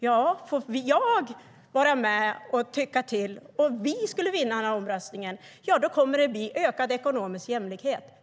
Ja, får jag vara med och tycka till, om vi skulle vinna omröstningen, kommer det att bli ökad ekonomisk jämlikhet.